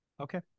Okay